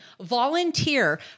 volunteer